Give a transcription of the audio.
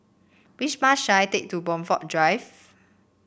which bus should I take to Blandford Drive